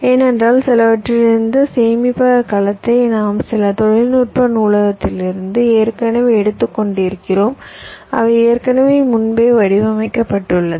ஏனென்றால் சிலவற்றிலிருந்து இந்த சேமிப்பக கலத்தை நாங்கள் சில தொழில்நுட்ப நூலகத்திலிருந்து ஏற்கனவே எடுத்துக்கொண்டிருக்கிறோம் அவை ஏற்கனவே முன்பே வடிவமைக்கப்பட்டுள்ளது